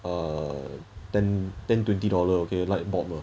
err ten ten twenty dollar okay light bulb lah